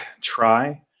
try